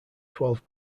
twelve